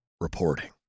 reporting